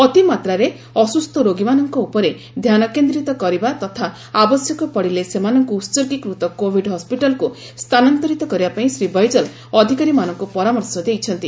ଅତିମାତ୍ରାରେ ଅସୁସ୍ଥ ରୋଗୀମାନଙ୍କ ଉପରେ ଧ୍ୟାନକେନ୍ଦ୍ରୀତ କରିବା ତଥା ଆବଶ୍ୟକ ପଡିଲେ ସେମାନଙ୍କ ଉତ୍ଗୀକୃତ କୋଭିଡ୍ ହସ୍ପିଟାଲକୁ ସ୍ଥାନାନ୍ତରିତ କରିବା ପାଇଁ ଶ୍ରୀ ବୈଜଲ ଅଧିକାରୀମାନଙ୍କୁ ପରାମର୍ଶ ଦେଇଛନ୍ତି